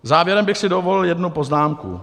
Závěrem bych si dovolil jednu poznámku.